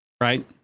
right